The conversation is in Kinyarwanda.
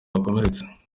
bakomeretse